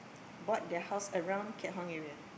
bought their house around Keat-Hong area